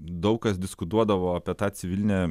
daug kas diskutuodavo apie tą civilinę